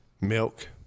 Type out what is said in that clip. Milk